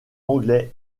anglais